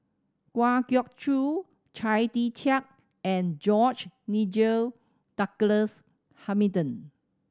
Kwa Geok Choo Chia Tee Chiak and George Nigel Douglas Hamilton